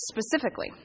specifically